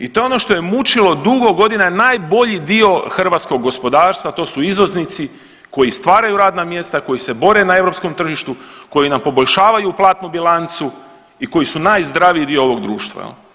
I to je ono što je mučilo dugo godina najbolji dio hrvatskog gospodarstva to su izvoznici koji stvaraju radna mjesta, koji se bore na europskom tržištu, koji nam poboljšavaju platnu bilancu i koji su najzdraviji dio ovog društva.